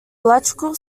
electrical